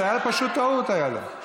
זו פשוט טעות שהייתה לו.